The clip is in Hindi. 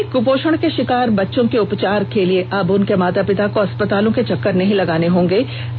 चतरा में कुपोषण के शिकार बच्चों के उपचार के लिए अब उनके माता पिता को अस्पतालों का चक्कर नहीं काटना पड़ेगा